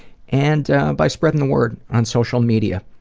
and by spreading the word on social media.